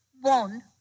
one